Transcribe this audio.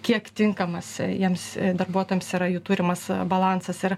kiek tinkamas jiems darbuotojams yra jų turimas balansas ir